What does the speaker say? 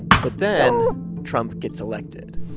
but then trump gets elected.